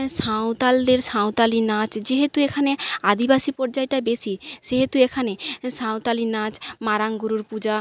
সাঁওতালদের সাঁওতালি নাচ যেহেতু এখানে আদিবাসী পর্যায়টা বেশি সেহেতু এখানে সাঁওতালি নাচ মারাংগুরুর পূজা